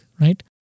right